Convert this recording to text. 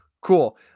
Cool